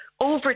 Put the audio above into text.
over